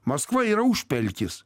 maskva yra užpelkis